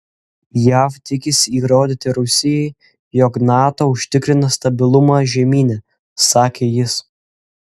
jav tikisi įrodyti rusijai jog nato užtikrina stabilumą žemyne sakė jis